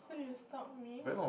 so you will stalk me